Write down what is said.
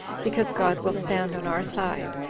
because god will stand on our side,